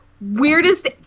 weirdest